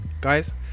guys